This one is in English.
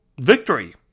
victory